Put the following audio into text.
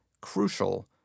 crucial